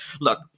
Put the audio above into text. look